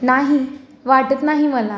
नाही वाटत नाही मला